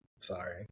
sorry